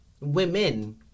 women